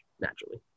naturally